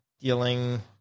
dealing